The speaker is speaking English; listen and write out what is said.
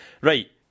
Right